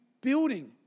building